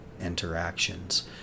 interactions